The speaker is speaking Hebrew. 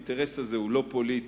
האינטרס הזה הוא לא פוליטי,